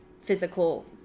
physical